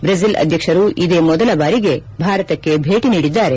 Brazil ಅಧ್ಯಕ್ಷರು ಇದೇ ಮೊದಲ ಬಾರಿಗೆ ಭಾರತಕ್ಕೆ ಭೇಟಿ ನೀಡಿದ್ದಾರೆ